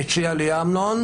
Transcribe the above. הציע לי אמנון,